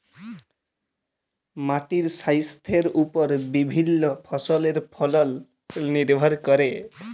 মাটির স্বাইস্থ্যের উপর বিভিল্য ফসলের ফলল লির্ভর ক্যরে